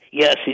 Yes